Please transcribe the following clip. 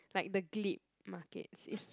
like the Glebe Market is